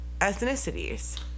ethnicities